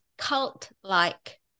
cult-like